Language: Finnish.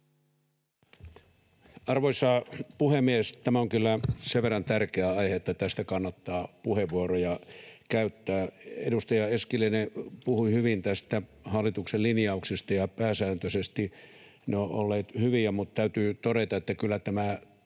Arvoisa puhemies! Tämä on kyllä sen verran tärkeä aihe, että tästä kannattaa puheenvuoroja käyttää. Edustaja Eskelinen puhui hyvin tästä hallituksen linjauksesta, ja pääsääntöisesti ne ovat olleet hyviä, mutta täytyy todeta, että kyllä tämä